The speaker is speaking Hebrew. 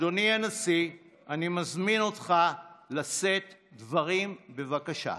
אדוני הנשיא, אני מזמין אותך לשאת דברים, בבקשה.